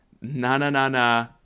Na-na-na-na